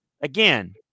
again